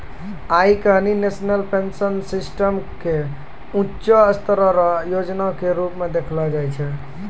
आइ काल्हि national pension system के ऊंचों स्तर रो योजना के रूप मे देखलो जाय छै